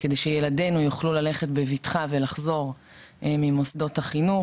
כדי שילדינו יוכלו ללכת בבטחה ולחזור ממוסדות החינוך.